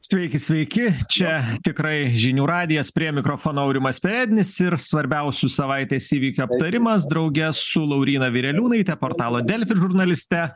sveiki sveiki čia tikrai žinių radijas prie mikrofono aurimas perednis ir svarbiausių savaitės įvykių aptarimas drauge su lauryna vireliūnaite portalo delfi žurnaliste